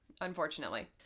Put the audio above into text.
unfortunately